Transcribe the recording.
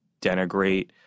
denigrate